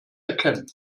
erkennen